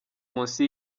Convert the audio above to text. munsi